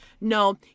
no